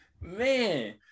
Man